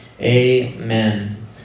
Amen